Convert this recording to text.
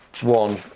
one